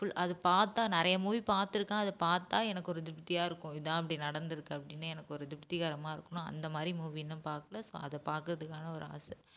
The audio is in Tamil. ஃபுல் அது பார்த்தா நிறைய மூவி பார்த்துருக்கேன் அதை பார்த்தா எனக்கு ஒரு திருப்தியாக இருக்கும் இதுதான் இப்படி நடந்திருக்கு அப்படின்னு எனக்கொரு திருப்திகரமாக இருக்குதுன்னு அந்த மாதிரி மூவின்னு பார்க்கல ஸோ அதை பார்க்கறதுக்கான ஒரு ஆசை